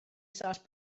sauce